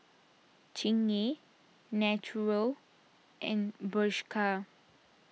Chingay Naturel and Bershka